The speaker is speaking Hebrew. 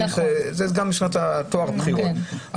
זה חשוב לטוהר הבחירות.